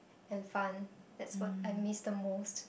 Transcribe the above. and fun that's what I miss the most